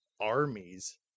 armies